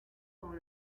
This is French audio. sont